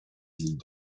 villes